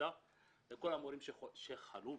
לכל המורים שחלו,